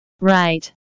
Right